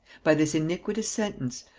by this iniquitous sentence,